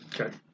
Okay